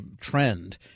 trend